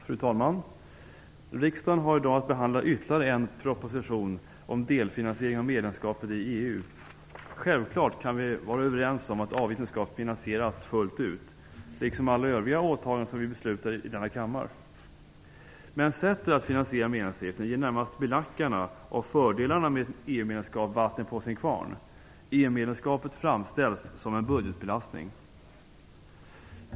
Fru talman! Riksdagen har i dag att behandla ytterligare en proposition om delfinansiering av medlemskapet i EU. Självfallet kan vi vara överens om att avgiften skall finansieras fullt ut, liksom alla övriga åtaganden som vi beslutar om i denna kammare. Men sättet att finansiera medlemsavgiften ger närmast belackarna av fördelarna med ett EU-medlemskap vatten på sin kvarn. EU-medlemskapet framställs som en budgetbelastning.